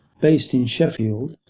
based in sheffield,